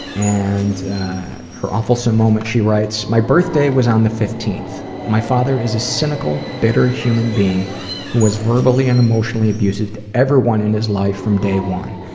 and her awfulsome moment, she writes my birthday was on the fifteenth. my father is a cynical, bitter human being who was verbally and emotionally abusive to everyone in his life from day one.